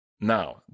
Now